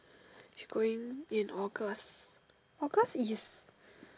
she's going in August August is